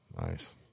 Nice